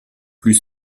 plus